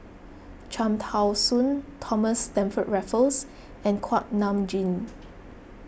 Cham Tao Soon Thomas Stamford Raffles and Kuak Nam Jin